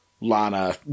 Lana